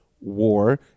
War